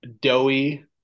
doughy